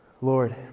Lord